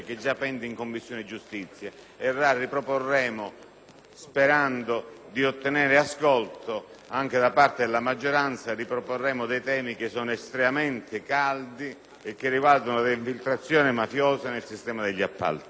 sperando di ottenere ascolto anche dalla maggioranza, dei temi estremamente caldi, che riguardano l'infiltrazione mafiosa nel sistema degli appalti. Comunque, insisto per l'accoglimento degli emendamenti.